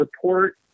support